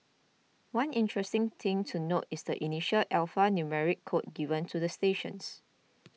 one interesting thing to note is the initial alphanumeric code given to the stations